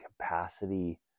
capacity